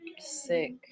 Sick